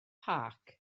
park